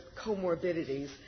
comorbidities